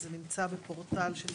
בנוסף,